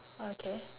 okay